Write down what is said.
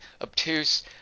obtuse